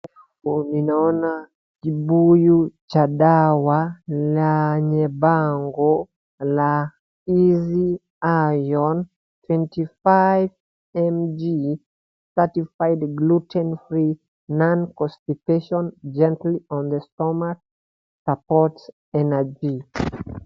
Ninaona kibuyu cha dawa lenye bango la Easy Iron 25 mg, certified gluten-free, non-constipation, gentle on the stomach, supports energy .